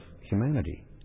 humanity